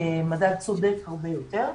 מדד צודק הרבה יותר,